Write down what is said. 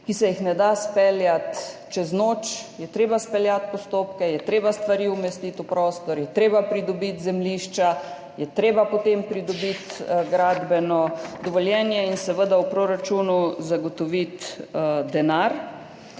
ki se jih ne da izpeljati čez noč, je treba izpeljati postopke, je treba stvari umestiti v prostor, je treba pridobiti zemljišča, je treba potem pridobiti gradbeno dovoljenje in seveda v proračunu zagotoviti denar.